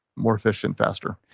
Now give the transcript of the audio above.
more efficient, faster